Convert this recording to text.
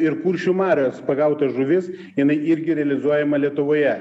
ir kuršių marios pagauta žuvis jinai irgi realizuojama lietuvoje